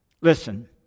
Listen